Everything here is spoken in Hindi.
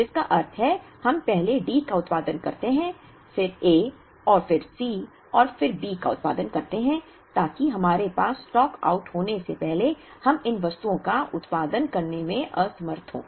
जिसका अर्थ है हम पहले D का उत्पादन करते हैं फिर A और फिर C और फिर B का उत्पादन करते हैं ताकि हमारे पास स्टॉक आउट होने से पहले हम इन वस्तुओं का उत्पादन करने में असमर्थ हों